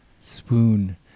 swoon